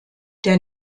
der